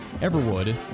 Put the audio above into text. Everwood